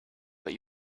but